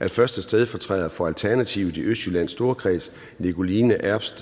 at 1. stedfortræder for Alternativet i Østjyllands Storkreds, Nikoline Erbs